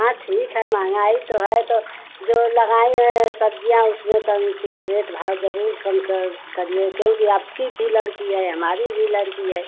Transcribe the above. हाँ ठीक है महँगाई तो है तो जो लगाई हैं सब्जियाँ उसमें तनिक कुछ रेट भाव जरूर कम कर कर लें क्योंकि आपकी भी लड़की है हमारी भी लड़की है